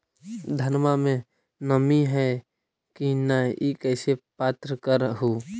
धनमा मे नमी है की न ई कैसे पात्र कर हू?